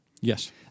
Yes